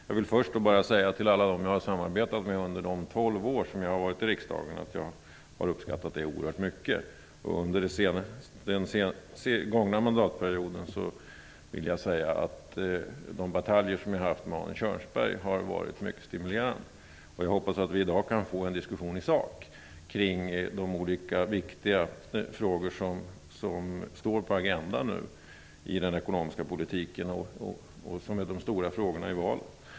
Jag vill först till alla dem jag har samarbetat med i de tolv år jag har varit i riksdagen säga att jag har uppskattat det oerhört mycket. Under den gångna mandatperioden har de bataljer som jag har haft med Arne Kjörnsberg varit mycket stimulerande. Jag hoppas att vi i dag kan få en diskussion i sak kring de olika viktiga frågor som nu står på agendan i den ekonomiska politiken, och som är de stora frågorna i valet.